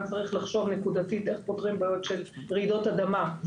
צריך לחשוב נקודתית איך פותרים בעיות של רעידות אדמה.